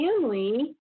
family